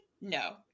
No